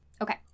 okay